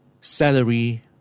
salary